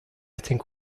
think